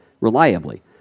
reliably